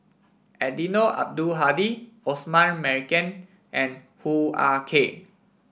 Eddino Abdul Hadi Osman Merican and Hoo Ah Kay